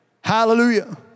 hallelujah